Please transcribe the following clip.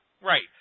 Right